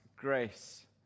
grace